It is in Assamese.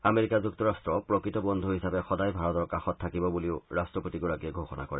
আমেৰিকা যুক্তৰাট্ট প্ৰকৃত বন্ধু হিচাপে সদায় ভাৰতৰ কাষত থাকিব বুলিও ৰাট্টপতিগৰাকীয়ে ঘোষণা কৰে